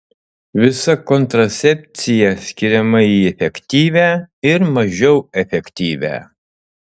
visa kontracepcija skiriama į efektyvią ir mažiau efektyvią